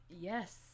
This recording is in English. Yes